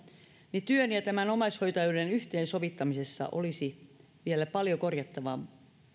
niin työn ja tämän omaishoitajuuden yhteensovittamisessa olisi vielä paljon korjattavaa